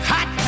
Hot